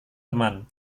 teman